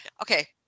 okay